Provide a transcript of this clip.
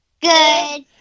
Good